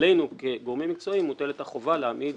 עלינו, כגורמים מקצועיים, מוטלת החובה להעמיד